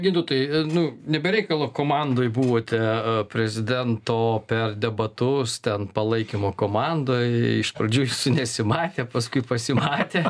gintautai nu ne be reikalo komandoj buvote prezidento per debatus ten palaikymo komandoj iš pradžių jūsų nesimatė paskui pasimatė